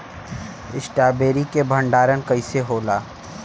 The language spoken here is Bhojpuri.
स्ट्रॉबेरी के भंडारन कइसे होला?